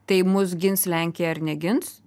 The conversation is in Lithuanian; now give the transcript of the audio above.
tai mus gins lenkija ar negins